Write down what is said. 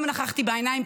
גם נוכחתי בעיניים,